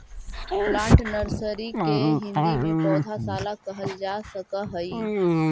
plant nursery के हिंदी में पौधशाला कहल जा सकऽ हइ